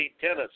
tennis